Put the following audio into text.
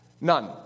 None